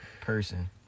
person